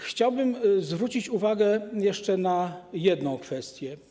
Chciałbym zwrócić uwagę na jeszcze jedną kwestię.